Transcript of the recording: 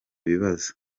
bibazo